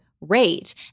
rate